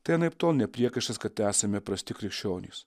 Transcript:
tai anaiptol ne priekaištas kad esame prasti krikščionys